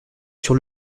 sur